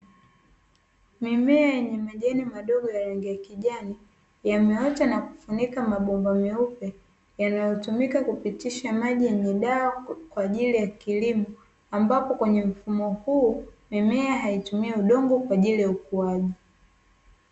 Mimea yenye majani madogo ya rangi ya kijani, yameota na kufunika mabomba meupe yanayotumika kupitisha maji yenye dawa kwa ajili ya kilimo ambapo kwenye mfumo huu, miimea haitumii udongo kwa ajili ya ukuaji.